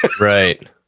Right